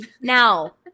Now